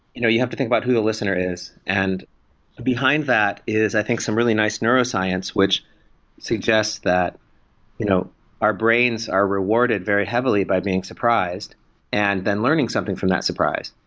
you know you have to think about who the listener is. and behind that is, i think, some really nice neuroscience which suggests that you know our brains are rewarded very heavily by being surprised and then learning something from that surprise.